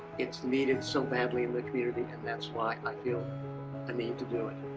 it's needed so badly in the community and that's why i feel i need to do it.